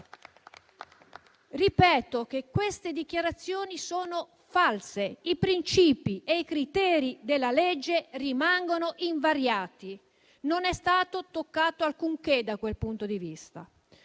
Ripeto che queste dichiarazioni sono false: i principi e i criteri della legge rimangono invariati. Non è stato toccato alcunché da quel punto di vista.